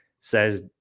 says